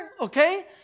okay